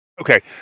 okay